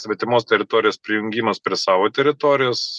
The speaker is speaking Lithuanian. svetimos teritorijos prijungimas prie savo teritorijos